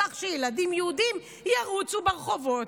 בכך שילדים יהודים ירוצו ברחובות.